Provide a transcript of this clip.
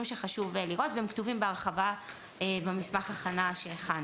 שחשוב לראות והם כתובים בהרחבה במסמך הכנה שהכנו.